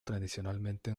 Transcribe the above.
tradicionalmente